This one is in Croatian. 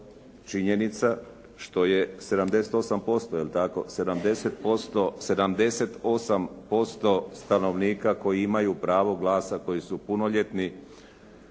činjenica što je 78%, jel' tako, 78% stanovnika koji imaju pravo glasa, koji su punoljetni,